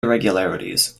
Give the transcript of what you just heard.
irregularities